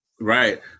Right